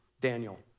Daniel